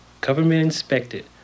government-inspected